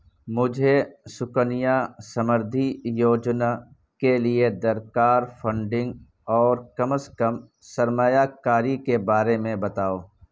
مجھے سکنیا سمردھی یوجنا کے لیے درکار فنڈنگ اور کم از کم سرمایہ کاری کے بارے میں بتاؤ